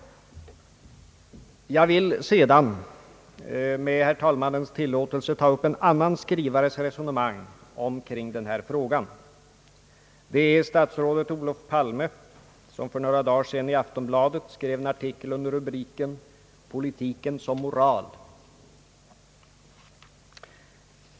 Jag vill sedan med herr talmannens tillåtelse ta upp en annan skrivares resonemang omkring denna fråga. Det är statsrådet Olof Palme som för några dagar sedan i Aftonbladet skrev en artikel under rubriken »Politiken som moral».